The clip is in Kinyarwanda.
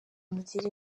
umugire